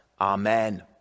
Amen